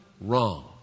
Wrong